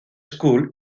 school